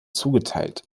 zugeteilt